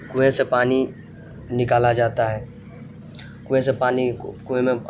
کنویں سے پانی نکالا جاتا ہے کنویں سے پانی کنویں میں